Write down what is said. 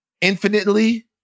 Infinitely